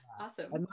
Awesome